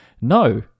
no